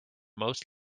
most